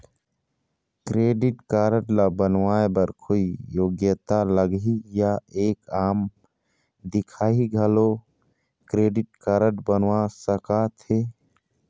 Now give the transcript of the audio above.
Credit card ला बनवाए बर कोई योग्यता लगही या एक आम दिखाही घलो क्रेडिट कारड बनवा सका थे?